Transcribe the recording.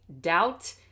doubt